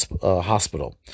Hospital